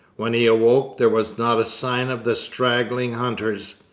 when he awoke, there was not a sign of the straggling hunters.